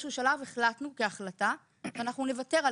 באיזשהו שלב החלטנו כהחלטה שאנחנו נוותר על